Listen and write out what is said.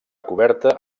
coberta